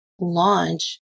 launch